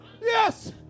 Yes